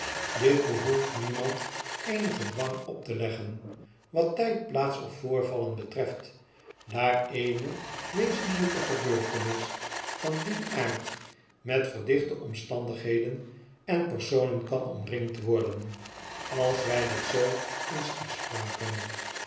dit behoeft niemand eenigen dwang op te leggen wat tyd plaats of voorvallenbetreft daar eene wezenlijke gebeurtenis van dien aard met verdichte omstandigheden en personen kan omringd worden als wijditzoo eens afspraken